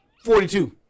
forty-two